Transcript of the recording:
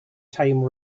time